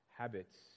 Habits